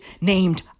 named